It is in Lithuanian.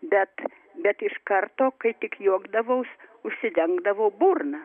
bet bet iš karto kai tik juokdavaus užsidengdavau burną